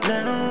Now